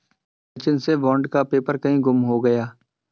सचिन से बॉन्ड का पेपर कहीं गुम हो गया है